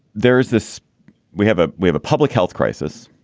there is this we have a we have a public health crisis.